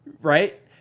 Right